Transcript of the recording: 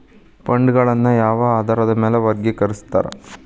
ಫಂಡ್ಗಳನ್ನ ಯಾವ ಆಧಾರದ ಮ್ಯಾಲೆ ವರ್ಗಿಕರಸ್ತಾರ